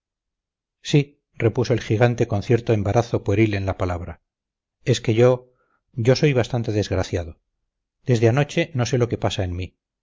sí repuso el gigante con cierto embarazo pueril en la palabra es que yo yo soy bastante desgraciado desde anoche no sé lo que pasa en mí